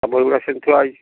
ତା' ବହି ଗୁଡ଼ାକ ସେମତି ଥୁଆ ହେଇଛି